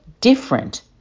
different